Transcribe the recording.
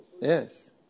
Yes